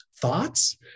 thoughts